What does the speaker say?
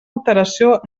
alteració